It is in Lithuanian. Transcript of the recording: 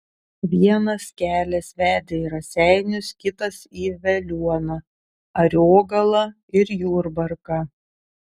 vienas kelias vedė į raseinius kitas į veliuoną ariogalą ir jurbarką